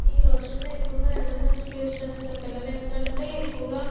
ఈ రోజుల్లో ఎక్కువగా ఇంటర్నెట్ యూజ్ చేస్తున్న పిల్లలు ఏంటంటే ఎక్కువగా